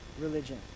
religion